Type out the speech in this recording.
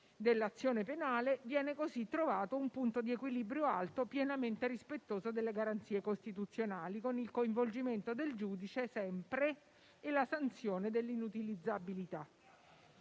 dell'azione penale, viene così trovato un punto di equilibrio alto pienamente rispettoso delle garanzie costituzionali, con il coinvolgimento del giudice sempre e la sanzione dell'inutilizzabilità.